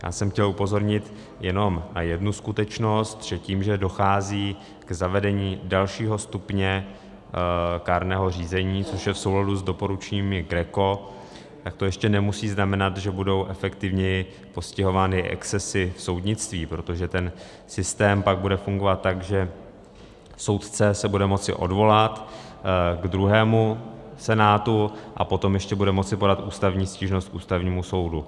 Já jsem chtěl upozornit jenom na jednu skutečnost, že tím, že dochází k zavedení dalšího stupně kárného řízení, což je v souladu doporučeními GRECO, tak to ještě nemusí znamenat, že budou efektivněji postihovány excesy v soudnictví, protože ten systém pak bude fungovat tak, že soudce se bude moci odvolat k druhému senátu a potom ještě bude moci podat ústavní stížnost k Ústavnímu soudu.